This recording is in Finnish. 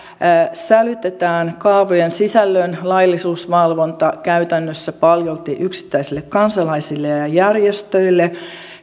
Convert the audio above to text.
sälytetään kaavojen sisällön laillisuusvalvonta käytännössä paljolti yksittäisille kansalaisille ja järjestöille